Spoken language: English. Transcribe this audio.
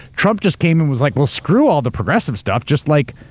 trump just came in was like, well, screw all the progressive stuff, just like,